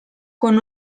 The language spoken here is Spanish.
con